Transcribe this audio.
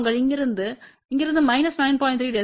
நாங்கள் இங்கிருந்து இங்கிருந்து மைனஸ் 9